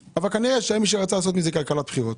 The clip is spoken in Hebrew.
כנראה יש מי שרצה לעשות מזה כלכלת בחירות,